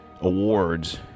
awards